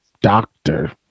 doctor